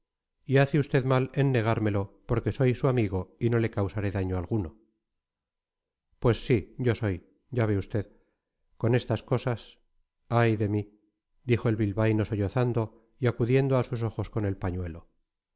y hace usted mal en negármelo porque soy su amigo y no le causaré daño alguno pues sí yo soy ya ve usted con estas cosas ay de mí dijo el bilbaíno sollozando y acudiendo a sus ojos con el pañuelo